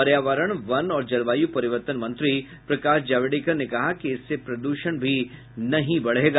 पर्यावरण वन और जलवायू परिवर्तन मंत्री प्रकाश जावड़ेकर ने कहा कि इससे प्रदूषण भी नहीं बढ़ेगा